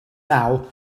now